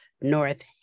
North